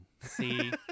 See